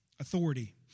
Authority